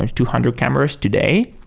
ah two hundred cameras today,